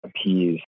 appease